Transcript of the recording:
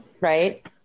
right